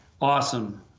awesome